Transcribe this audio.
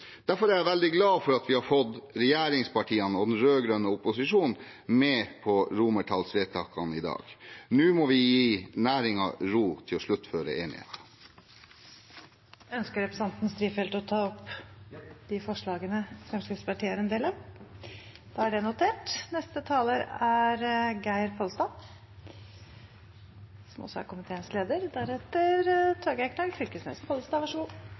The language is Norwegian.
Derfor er jeg veldig glad for at vi har fått regjeringspartiene og den rød-grønne opposisjonen med på romertallsvedtakene i dag. Nå må vi gi næringen ro til å sluttføre enigheten. Jeg tar opp de forslagene Fremskrittspartiet er en del av. Da